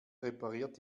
repariert